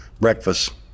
breakfast